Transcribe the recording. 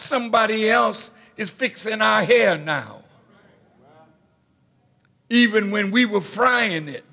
somebody else is fixing and i hear now even when we were frying i